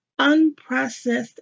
unprocessed